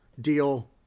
Deal